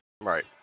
Right